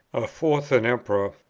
a fourth an emperor,